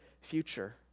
future